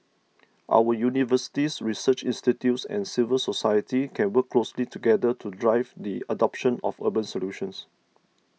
our universities research institutes and civil society can work closely together to drive the adoption of urban solutions